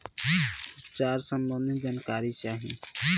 उपचार सबंधी जानकारी चाही?